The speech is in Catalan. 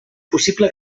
possible